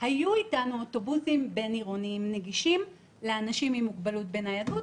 היו איתנו אוטובוסים בין עירוניים נגישים לאנשים עם מוגבלות בניידות.